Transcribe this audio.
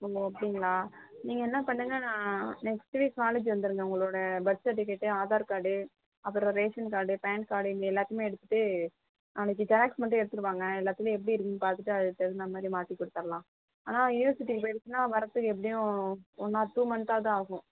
ஓ அப்படிங்களா நீங்கள் என்ன பண்ணுங்கள் நெக்ஸ்ட் வீக் காலேஜ் வந்துவிடுங்க உங்களோட பர்த் சர்டிஃபிகேட்டு ஆதார் கார்டு அப்புறம் ரேஷன் கார்டு பேன் கார்டு இது எல்லாத்தைமே எடுத்துட்டு நாளைக்கு ஜெராக்ஸ் மட்டும் எடுத்துட்டு வாங்க எல்லாத்திலையும் எப்படி இருக்குதுன்னு பார்த்துட்டு அதுக்கு தகுந்தமாதிரி மாற்றி கொடுத்தடலாம் ஆனால் யூனிவர்சிட்டிக்கு போய்டுச்சுன்னா வர்றதுக்கு எப்படியும் ஒன் ஆர் டூ மன்த்தாவது ஆகும்